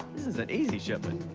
this is an easy shipment.